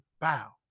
Bow